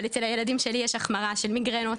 אבל אצל הילדים שלי יש החמרה של מגרנות,